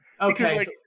okay